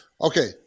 Okay